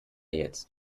jetzt